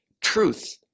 truth